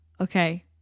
okay